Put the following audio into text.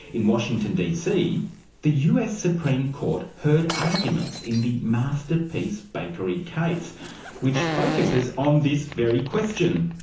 in washington dc the us supreme court heard arguments in the masterpiece bakery case which focuses on this very question.